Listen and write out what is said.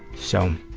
so,